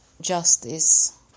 justice